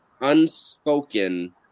unspoken